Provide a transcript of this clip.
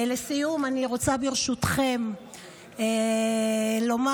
לסיום, ברשותכם אני רוצה לומר